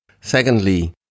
Secondly